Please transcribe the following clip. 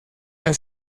las